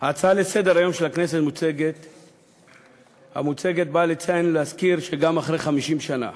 ההצעה לסדר-היום של הכנסת באה לציין שגם אחרי 50 שנה